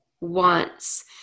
wants